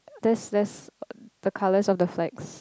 there's there's the colours on the flags